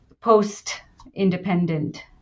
post-independent